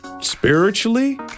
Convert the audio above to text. spiritually